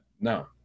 No